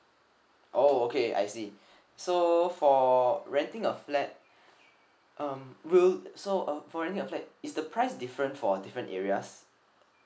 oh okay I see so for renting a flat um will so uh for renting a flat is the price different for different areas